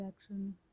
action